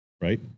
Right